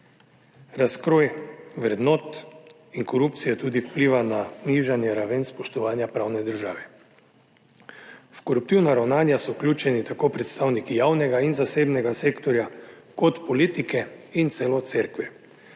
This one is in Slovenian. Razkroj vrednot in korupcije tudi vpliva na nižanje raven spoštovanja pravne države. V koruptivna ravnanja so vključeni tako predstavniki javnega in zasebnega sektorja kot politike in celo cerkve.